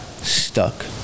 Stuck